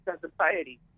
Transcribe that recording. society